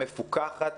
מפוקחת,